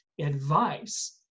advice